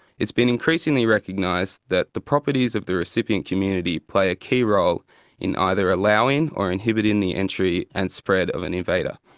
been increasingly recognised that the properties of the recipient community play a key role in either allowing or inhibiting the entry and spread of an invader.